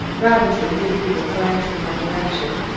robinson didn't even glance in my direction,